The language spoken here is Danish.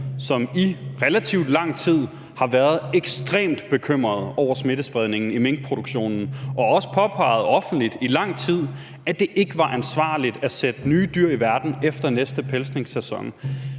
som i relativt lang tid har været ekstremt bekymrede over smittespredningen i minkproduktionen, og vi har også i lang tid påpeget offentligt, at det ikke var ansvarligt at sætte nye dyr i verden efter næste pelsningssæson.